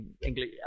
English